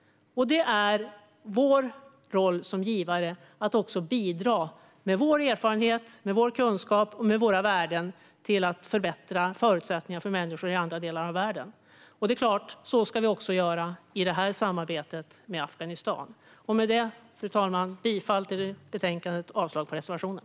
Det är vår roll som givare att också bidra med vår erfarenhet, vår kunskap och våra värden till att förbättra förutsättningar för människor i andra delar av världen. Så ska vi också göra i samarbetet med Afghanistan. Fru talman! Jag yrkar bifall till förslaget i betänkandet och avslag på reservationen.